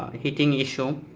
heating issue,